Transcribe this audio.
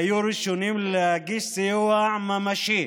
והם היו ראשונים להגיש סיוע ממשי,